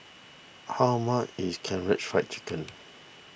how much is Karaage Fried Chicken